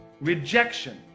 rejection